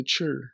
mature